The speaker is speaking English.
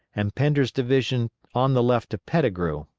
and pender's division on the left of pettigrew,